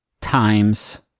times